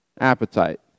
appetite